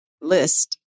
list